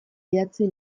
idatzi